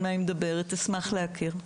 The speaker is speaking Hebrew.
אשמח להכיר.